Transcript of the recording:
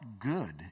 good